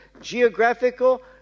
geographical